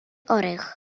orech